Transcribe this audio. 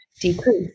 decrease